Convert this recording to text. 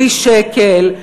בלי שקל,